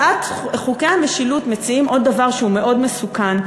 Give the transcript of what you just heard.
חוקי המשילות מציעים עוד דבר שהוא מאוד מסוכן,